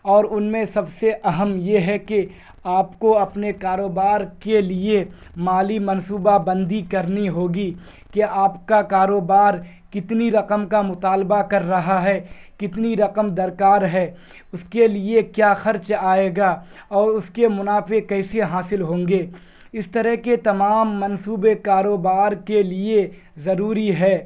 اور ان میں سب سے اہم یہ ہے کہ آپ کو اپنے کاروبار کے لیے مالی منصوبہ بندی کرنی ہوگی کہ آپ کا کاروبار کتنی رقم کا مطالبہ کر رہا ہے کتنی رقم درکار ہے اس کے لیے کیا خرچ آئے گا اور اس کے منافع کیسے حاصل ہوں گے اس طرح کے تمام منصوبے کاروبار کے لیے ضروری ہے